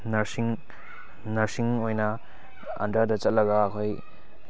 ꯅꯔꯁꯤꯡ ꯅꯔꯁꯤꯡ ꯑꯣꯏꯅ ꯑꯟꯗ꯭ꯔꯗ ꯆꯠꯂꯒ ꯑꯩꯈꯣꯏ